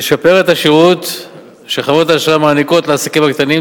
תשפר את השירות שחברות האשראי מעניקות לעסקים הקטנים,